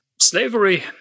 slavery